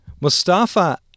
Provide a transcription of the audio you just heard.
Mustafa